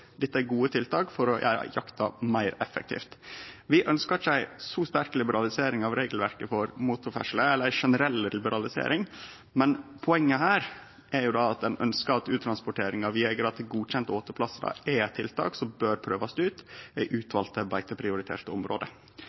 å gjere jakta meir effektiv. Vi ønskjer ikkje ei så sterk liberalisering av regelverket for motorferdsel – ei generell liberalisering. Men poenget er at ein ønskjer at uttransportering av jegerar til godkjende åteplassar er tiltak som bør prøvast ut i utvalde beiteprioriterte område.